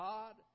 God